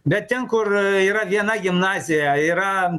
bet ten kur yra viena gimnazija yra